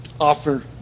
offer